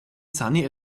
sunny